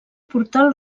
portal